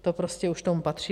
To prostě už k tomu patří.